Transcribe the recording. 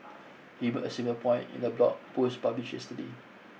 he made a similar point in a blog post published yesterday